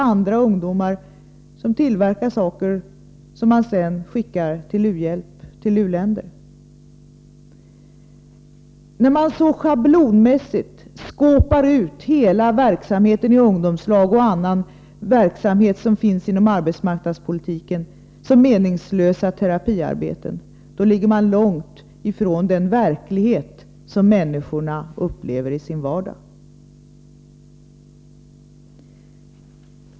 Andra tillverkar sådant som sedan skickas till u-länderna. När man så schablonmässigt ”skåpar ut” hela verksamheten i ungdomslagen och annan verksamhet som finns inom arbetsmarknadspolitiken som meningslöst terapiarbete, då ligger man långt ifrån den verklighet som människorna upplever i sin vardag.